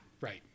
right